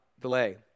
delay